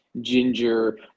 Ginger